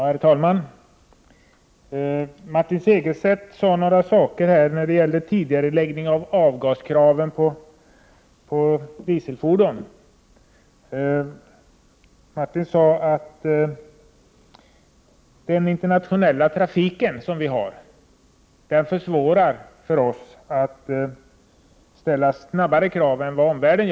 Herr talman! I fråga om tidigareläggning av avgaskraven på dieselfordon sade Martin Segerstedt att den internationella trafiken i vårt land försvårar för oss att ställa avgaskrav tidigare än omvärlden.